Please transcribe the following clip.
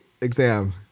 exam